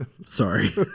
sorry